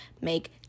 make